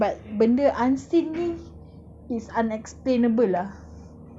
but benda unseen ni